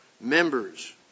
members